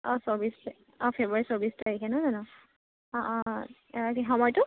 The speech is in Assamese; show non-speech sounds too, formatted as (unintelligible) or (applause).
অঁ চৌবিছ (unintelligible) অঁ ফেব্ৰুৱাৰীৰ চৌবিছ তাৰিখে নহয় জানো অঁ অঁ কি সময়টো